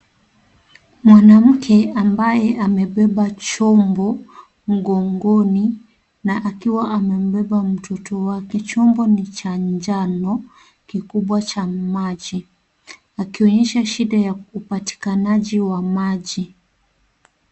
Mwanamke ambaye amebeba chombo mgongoni na akiwa amembeba mtoto wake, chombo ni cha njano kikubwa cha maji. Akionyesha shida ya upatikanaji wa maji.